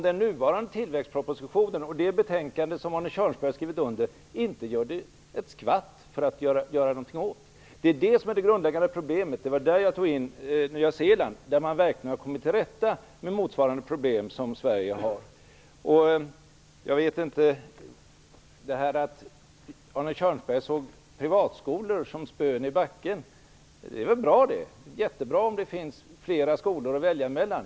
Den nuvarande tillväxtpropositionen och det betänkande som Arne Kjörnsberg skrivit under innehåller inte ett skvatt när det gäller att göra någonting åt denna. Det är det som är det grundläggande problemet. Det var i det sammanhanget jag tog upp Nya Zeeland, där man verkligen har kommit till rätta med motsvarande problem. Och vad beträffar att Arne Kjörnsberg såg privatskolor som stod som spön i backen så är väl det bra! Det är jättebra om det finns flera skolor att välja mellan.